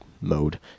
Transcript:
mode